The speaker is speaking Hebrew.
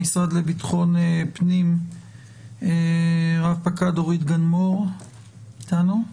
מהמשרד לביטחון הפנים רפ"ק אורית גן אור איתנו,